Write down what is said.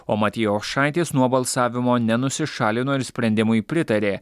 o matijošaitis nuo balsavimo nenusišalino ir sprendimui pritarė